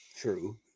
True